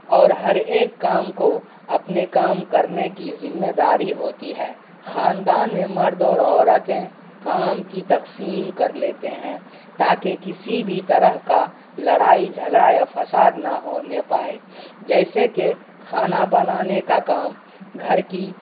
اور ہر ایک کام کو اپنے کام کرنے کی ذمےداری ہوتی ہے خاندان میں مرد اور عورتیں کام کی تقسیم کر لیتے ہیں تاکہ کسی بھی طرح کا لڑائی جھگڑا یا فساد نہ ہونے پائے جیسے کہ کھانا بنانے کے کا کام گھر کی